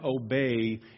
obey